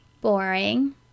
boring